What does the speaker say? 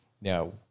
Now